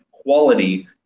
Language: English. quality